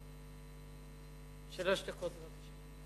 שלוש דקות בבקשה.